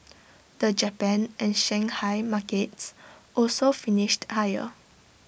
the Japan and Shanghai markets also finished higher